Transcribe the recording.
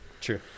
True